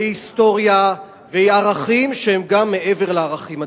והיא שפה והיא היסטוריה והיא ערכים שהם גם מעבר לערכים הדתיים,